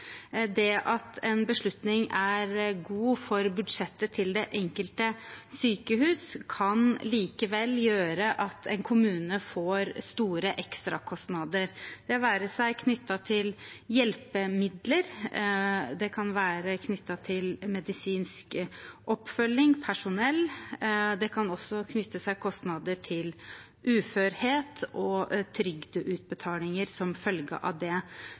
Det at en beslutning er god for budsjettet til det enkelte sykehus, kan likevel gjøre at en kommune får store ekstrakostnader, det være seg knyttet til hjelpemidler, medisinsk oppfølging eller personell, og det kan også knytte seg kostnader til uførhet og trygdeutbetalinger som følge av det.